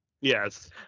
Yes